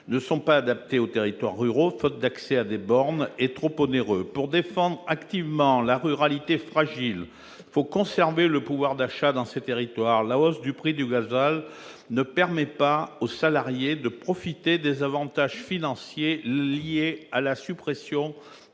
aujourd'hui adaptés aux territoires ruraux, en raison d'un manque d'accès à des bornes et d'un coût trop onéreux. Pour défendre activement la ruralité, fragile, il faut conserver le niveau du pouvoir d'achat dans ces territoires. La hausse du prix du gazole ne permet pas aux salariés de profiter des avantages financiers liés à la suppression